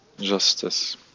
Justice